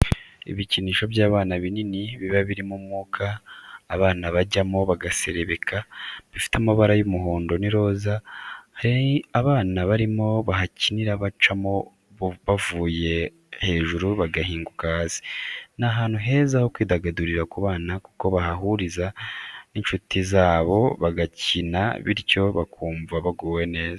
Ibikinisho by'abana binini biba birimo umwuka abana bajyamo bagaserebeka, bifite amabara y'umuhondo n'iroza, hari abana barimo bahakinira bacamo bavuye hejuru bagahinguka hasi, ni ahantu heza ho kwidagadurira ku bana kuko bahahurira n'inshuti zabo bagakina bityo bakumva baguwe neza.